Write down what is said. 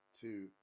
Two